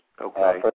Okay